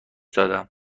دادم